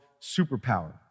superpower